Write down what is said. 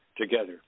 together